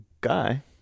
Guy